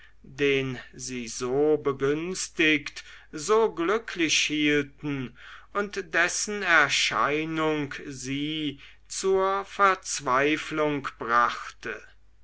den sie so begünstigt so glücklich hielten und dessen erscheinung sie zur verzweiflung brachte